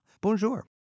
Bonjour